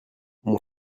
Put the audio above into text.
mon